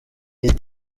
iyi